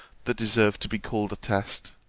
that deserved to be called a test.